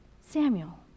Samuel